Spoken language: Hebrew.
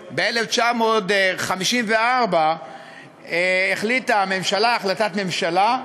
ב-1954 החליטה הממשלה, החלטת ממשלה,